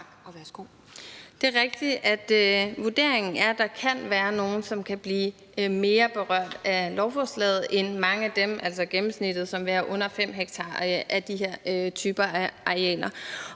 Det er rigtigt, at vurderingen er, at der kan være nogle, som kan blive mere berørt af lovforslaget end mange af dem, altså gennemsnittet, som har under 5 ha af de her typer af arealer.